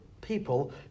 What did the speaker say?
people